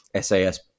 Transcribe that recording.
SAS